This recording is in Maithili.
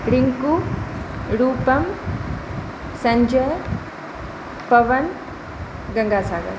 रिन्कू रूपम संजय पवन गङ्गासागर